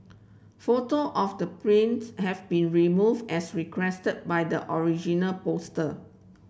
photo of the planes have been removed as requested by the original poster